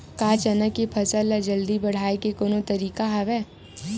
का चना के फसल ल जल्दी बढ़ाये के कोनो तरीका हवय?